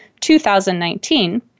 2019